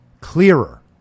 clearer